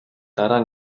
дараа